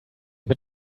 mit